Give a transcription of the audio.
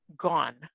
gone